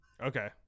Okay